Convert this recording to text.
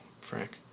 Frank